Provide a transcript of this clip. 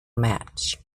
match